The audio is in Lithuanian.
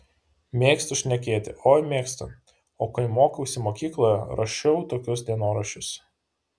mėgstu šnekėti oi mėgstu o kai mokiausi mokykloje rašiau tokius dienoraščius